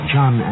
John